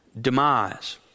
demise